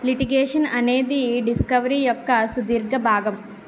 litigation అనేది discovery యొక్క సుధీర్ఘ భాగం